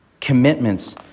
commitments